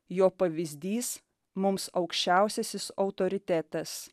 jo pavyzdys mums aukščiausiasis autoritetas